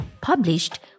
published